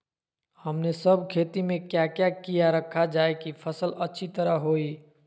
हमने सब खेती में क्या क्या किया रखा जाए की फसल अच्छी तरह होई?